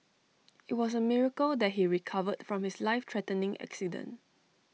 IT was A miracle that he recovered from his life threatening accident